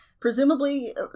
Presumably